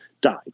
died